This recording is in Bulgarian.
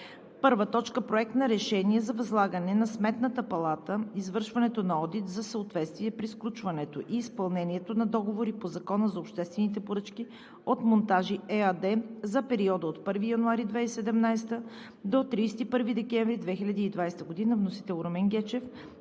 събрание: 1. Проект на решение за възлагане на Сметната палата извършването на одит за съответствие при сключването и изпълнението на договори по Закона за обществените поръчки от „Монтажи“ ЕАД за периода от 1 януари 2017 г. до 31 декември 2020 г. Вносители – Румен Гечев,